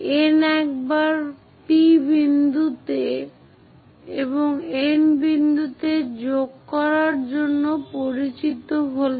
N একবার P বিন্দু এবং N বিন্দুতে যোগ করার জন্য পরিচিত হলে